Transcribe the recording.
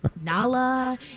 nala